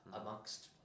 amongst